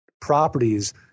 properties